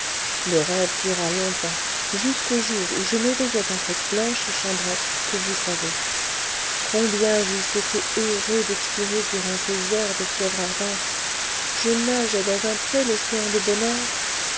le rêve dura longtemps jusqu'au jour où je m'éveillai dans cette blanche chambrette que vous savez combien j'eusse été heureux d'expirer durant ces heures de fièvre ardente je nageais dans un tel océan de bonheur